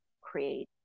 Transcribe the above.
create